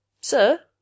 Sir